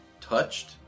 touched